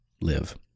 live